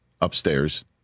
upstairs